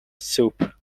soup